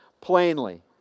plainly